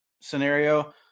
scenario